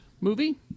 movie